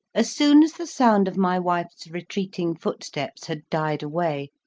as soon as the sound of my wife's retreating footsteps had died away,